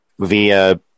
via